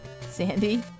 Sandy